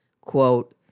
quote